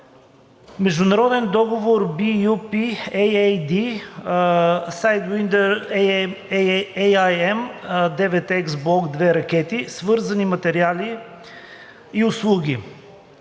международен договор (LOA) BU-P-AAD „Sidewinder AIM 9X Блок II ракети, свързани материали и услуги4“